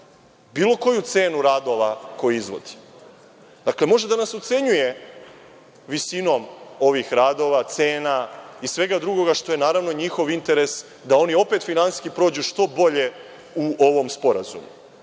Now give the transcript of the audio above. bilo koju cenu radova koje izvodi. Dakle, može da nas ucenjuje visinom ovih radova, cenom i svega drugog što je njihov interes, da oni opet finansijski prođu što bolje u ovom sporazumu.